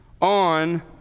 on